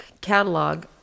catalog